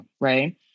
right